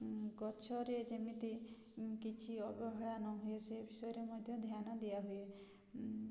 ଗଛରେ ଯେମିତି କିଛି ଅବହେଳା ନହୁଏ ସେ ବିଷୟରେ ମଧ୍ୟ ଧ୍ୟାନ ଦିଆହୁଏ